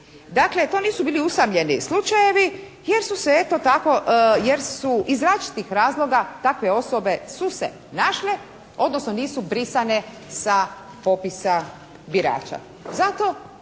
Dakle, to nisu bili usamljeni slučajevi jer su se eto, tako iz različitih razloga takve osobe su se našle odnosno nisu brisane sa popisa birača.